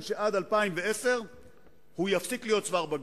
שעד 2010 היא תפסיק להיות צוואר בקבוק.